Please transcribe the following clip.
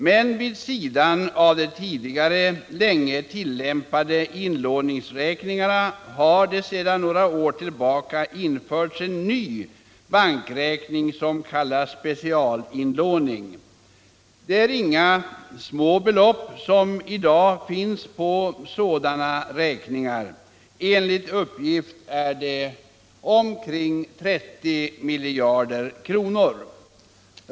Men vid sidan av de tidigare länge tillämpade inlåningsräkningarna har det sedan några år tillbaka införts en ny bankräkning som kallas specialinlåning. Det är inga små belopp som i dag finns på sådana räkningar. Enligt uppgift är det omkring 30 miljarder kronor.